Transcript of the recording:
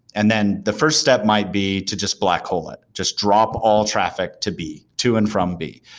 and then the first step might be to just black hole it, just drop all traffic to b, to and from b.